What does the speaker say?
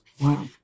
Wow